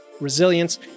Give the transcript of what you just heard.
resilience